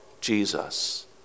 Jesus